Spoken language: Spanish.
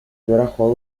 trabajo